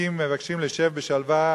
שצדיקים מבקשים לישב בשלווה,